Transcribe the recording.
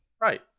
right